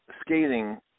scathing